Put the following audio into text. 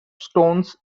stones